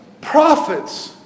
prophets